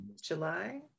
July